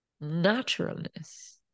naturalness